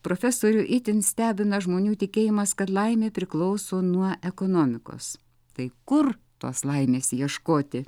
profesorių itin stebina žmonių tikėjimas kad laimė priklauso nuo ekonomikos tai kur tos laimės ieškoti